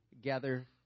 gather